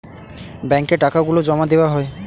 ব্যাঙ্কে টাকা গুলো জমা দেওয়া হয়